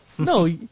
No